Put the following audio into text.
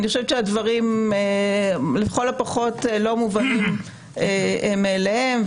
הדברים לכל הפחות לא מובנים מאליהם,